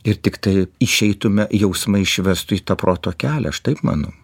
ir tiktai išeitume jausmai išvestų į tą proto kelią aš taip manau